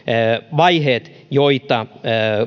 vaiheet joita